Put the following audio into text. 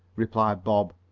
replied bob,